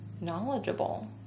knowledgeable